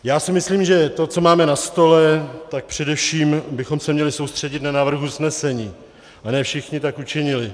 Já si myslím, že to, co máme na stole, tak především bychom se měli soustředit na návrh usnesení, a ne všichni tak učinili.